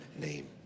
name